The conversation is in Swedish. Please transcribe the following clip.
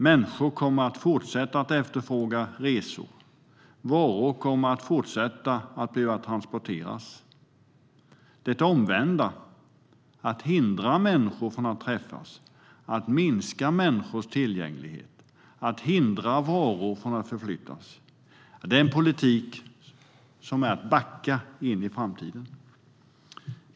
Människor kommer att fortsätta att efterfråga resor, och man kommer att fortsätta att behöva transportera varor. Det omvända, att hindra människor från att träffas, att minska människors tillgänglighet och att hindra varor från att förflyttas, är en politik som innebär att backa in i framtiden.